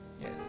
Yes